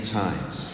times